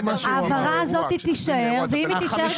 בואי נחדד את מה שהוא אמר.